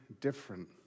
different